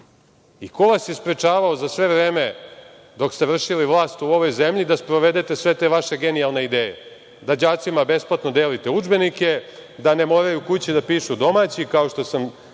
Ko vas je sprečavao za sve vreme dok ste vršili vlast u ovoj zemlji da sprovedete sve te vaše genijalne ideje, da đacima besplatno delite udžbenike, da ne moraju kući da pišu domaći kao što sam